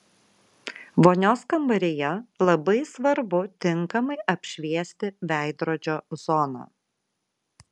vonios kambaryje labai svarbu tinkamai apšviesti veidrodžio zoną